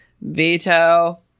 Veto